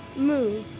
move.